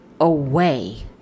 away